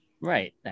Right